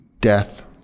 death